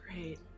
great